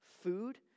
food